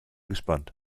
gespannt